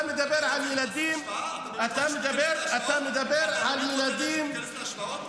אתה מדבר על ילדים --- אתה רוצה שנעשה השוואה?